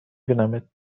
بینمت